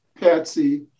Patsy